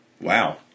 wow